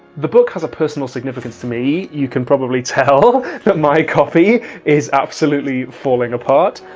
the book has a personal significance to me, you can probably tell that my copy is absolutely falling apart.